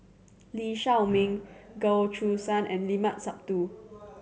Lee Shao Meng Goh Choo San and Limat Sabtu